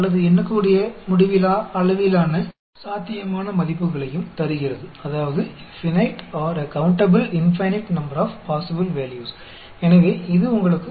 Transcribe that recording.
तो यह आपको सभी संभावित मूल्यों का एक सेट देता है जिसका अर्थ है एक परिमित या एक गिनती योग्य अनंत संख्या